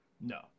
No